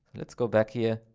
let's go back here.